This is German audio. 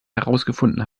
herausgefunden